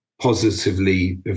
positively